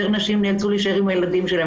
יותר נשים נאלצו להישאר עם הילדים שלהן,